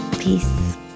Peace